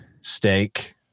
Steak